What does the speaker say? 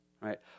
right